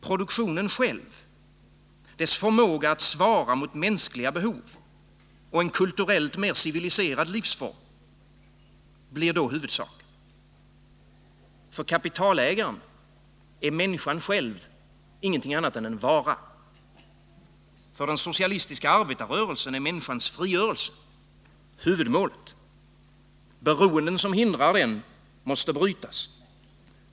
Produktionen själv, dess förmåga att svara mot mänskliga behov och kulturellt mer civiliserad livsform, blir huvudsaken. För kapitalägaren är människan själv ingenting annat än en vara. För den socialistiska arbetarrörelsen är människans frigörelse huvudmålet. Beroenden som hindrar den måste brytas.